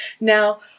Now